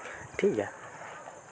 ᱴᱷᱤᱠ ᱜᱮᱭᱟ